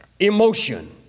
Emotion